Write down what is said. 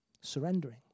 Surrendering